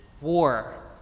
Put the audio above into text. war